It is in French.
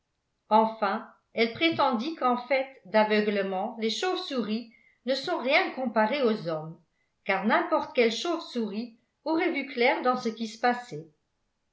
enfin elle prétendit qu'en fait d'aveuglement les chauves-souris ne sont rien comparées aux hommes car n'importe quelle chauve-souris aurait vu clair dans ce qui se passait